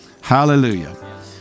Hallelujah